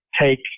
take